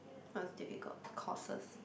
runs difficult courses